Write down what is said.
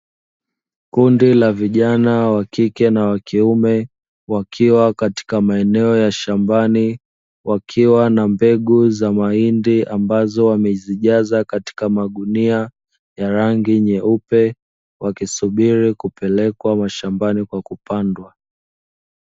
Kundi la vijana wa kike na wa kiume, wakiwa katika maeneo ya shambani, wakiwa na mbegu za mahindi ambazo wamezijaza katika magunia ya rangi nyeupe, wakisubiri kupelekwa mashambani kwa kupandwa.